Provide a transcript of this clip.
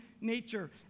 nature